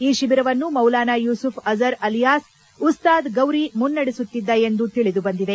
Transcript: ಈ ಶಿಬಿರವನ್ನು ಮೌಲಾನಾ ಯೂಸುಫ್ ಅಜರ್ ಅಲಿಯಾಸ್ ಉಸ್ತಾದ್ ಗೌರಿ ಮುನ್ನಡೆಸುತ್ತಿದ್ದ ಎಂದು ತಿಳಿದು ಬಂದಿದೆ